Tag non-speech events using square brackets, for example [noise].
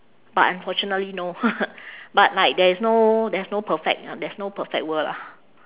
but unfortunately no [laughs] but like there's no there's no perfect uh there's no perfect world lah